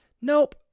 Nope